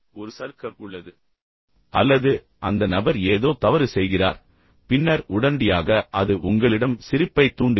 ஒரு சறுக்கல் உள்ளது அல்லது அந்த நபர் ஏதோ தவறு செய்கிறார் பின்னர் உடனடியாக அது உங்களிடம் சிரிப்பைத் தூண்டுகிறது